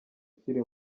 ukiri